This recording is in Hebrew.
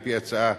על-פי ההצעה,